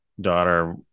daughter